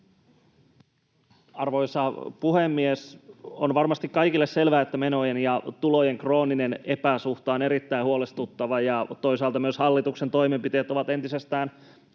Arvoisa puhemies! On varmasti kaikille selvää, että menojen ja tulojen krooninen epäsuhta on erittäin huolestuttava. Toisaalta myös hallituksen toimenpiteet ovat entisestään